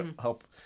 help